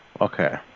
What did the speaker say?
Okay